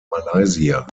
malaysia